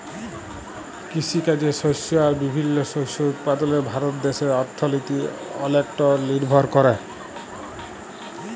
কিসিকাজে শস্য আর বিভিল্ল্য শস্য উৎপাদলে ভারত দ্যাশের অথ্থলিতি অলেকট লিরভর ক্যরে